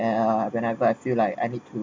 uh whenever I feel like I need to